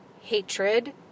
hatred